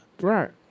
Right